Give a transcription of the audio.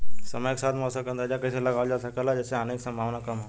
समय के साथ मौसम क अंदाजा कइसे लगावल जा सकेला जेसे हानि के सम्भावना कम हो?